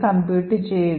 compute ചെയ്യുക